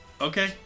Okay